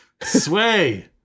Sway